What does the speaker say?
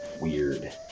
weird